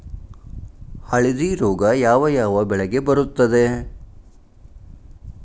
ಹಳದಿ ರೋಗ ಯಾವ ಯಾವ ಬೆಳೆಗೆ ಬರುತ್ತದೆ?